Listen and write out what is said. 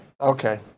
Okay